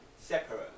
separate